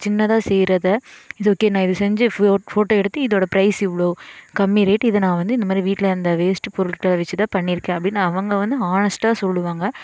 அவங்க சின்னதாக செய்கிறதை இது ஓகே இதை நான் செஞ்சு ஃபோட்டோ எடுத்து இதோடய ப்ரைஸ் இவ்வளோ கம்மி ரேட் இதை நான் வந்து இந்த மாதிரி வீட்டில இருந்த வேஸ்ட் பொருட்களை வச்சித்தான் பண்ணியிருக்கேன் அப்படின்னு அவங்க வந்து ஹானஸ்டாக சொல்லுவாங்க